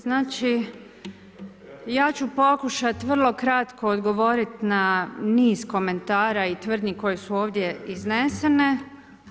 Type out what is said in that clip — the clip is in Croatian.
Znači ja ću pokušati vrlo kratko odgovorit na niz komentara i tvrdnji koje su ovdje iznesene.